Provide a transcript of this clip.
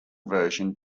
version